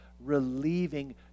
relieving